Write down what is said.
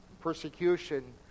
Persecution